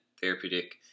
therapeutic